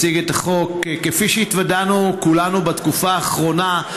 כפי שהתוודענו כולנו בתקופה האחרונה,